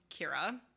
Kira